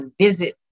visit